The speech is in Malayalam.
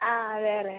ആ വേറെ